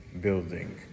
building